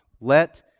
Let